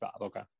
okay